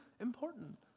important